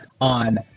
on